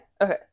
Okay